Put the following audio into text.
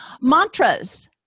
Mantras